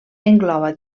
engloba